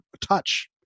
touch